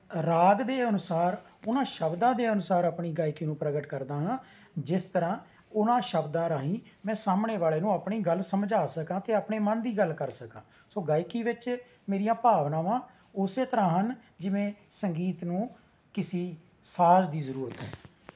ਰਾਗ ਦੇ ਅਨੁਸਾਰ ਉਹਨਾਂ ਸਬਦਾਂ ਦੇ ਅਨੁਸਾਰ ਆਪਣੀ ਗਾਇਕੀ ਨੂੰ ਪ੍ਰਗਟ ਕਰਦਾ ਹਾਂ ਜਿਸ ਤਰ੍ਹਾਂ ਉਹਨਾਂ ਸ਼ਬਦਾਂ ਰਾਹੀਂ ਮੈਂ ਸਾਹਮਣੇ ਵਾਲੇ ਨੂੰ ਆਪਣੀ ਗੱਲ ਸਮਝਾ ਸਕਾਂ ਅਤੇ ਆਪਣੇ ਮਨ ਦੀ ਗੱਲ ਕਰ ਸਕਾਂ ਸੋ ਗਾਇਕੀ ਵਿੱਚ ਮੇਰੀਆਂ ਭਾਵਨਾਵਾਂ ਉਸ ਤਰ੍ਹਾਂ ਹਨ ਜਿਵੇਂ ਸੰਗੀਤ ਨੂੰ ਕਿਸੇ ਸਾਜ਼ ਦੀ ਜ਼ਰੂਰਤ ਹੈ